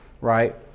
right